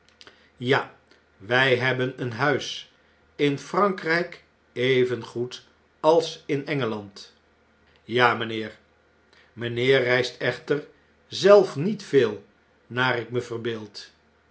ja wij hebben een huis in frankrjjk evengoed als in engeland ja mjjnheer mpheer reist echter zelf niet veel naar ik me verbeeld